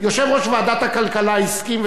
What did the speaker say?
יושב-ראש ועדת הכלכלה הסכים,